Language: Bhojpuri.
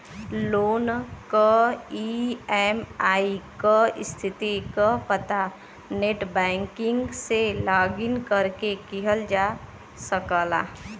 लोन क ई.एम.आई क स्थिति क पता नेटबैंकिंग से लॉगिन करके किहल जा सकला